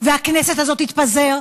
שהכנסת הזאת תתפזר,